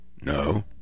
no